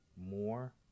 more